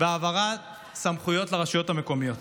והעברת סמכויות לרשויות המקומיות.